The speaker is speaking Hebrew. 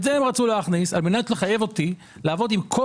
את זה הם רצו להכניס על מנת לחייב אותי לעבוד עם כל